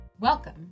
Welcome